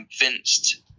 convinced